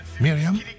Miriam